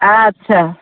अच्छा